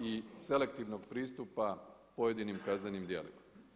i selektivnog pristupa pojedinim kaznenim djelima.